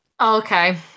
Okay